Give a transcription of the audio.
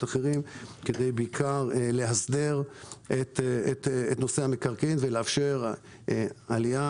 אחרים בעיקר כדי לאסדר את נושא המקרקעין ולאפשר עלייה